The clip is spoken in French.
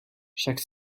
chaque